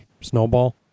Snowball